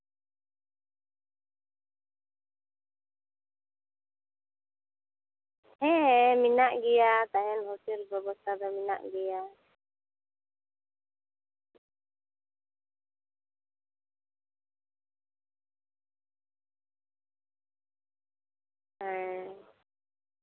ᱦᱮᱸ ᱢᱮᱱᱟᱜ ᱜᱮᱭᱟ ᱛᱟᱦᱮᱱ ᱦᱳᱥᱴᱮᱞ ᱵᱮᱵᱚᱥᱛᱟ ᱫᱚ ᱢᱮᱱᱟᱜ ᱜᱮᱭᱟ ᱦᱮᱸ